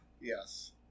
Yes